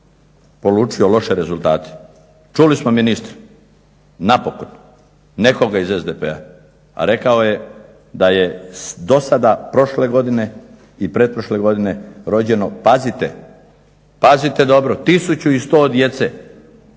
polučio loše rezultate. Čuli smo ministra, napokon nekoga iz SDP-a a rekao je da je do sada, prošle godine i pretprošle godine rođeno pazite, pazite 1100 djece